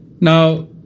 now